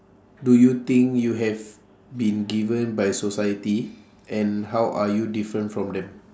do you think you have been given by society and how are you different from them